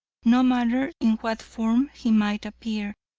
no matter in what form he might appear.